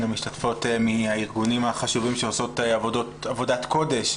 המשתתפות מהארגונים החשובים שעושות עבודת קודש,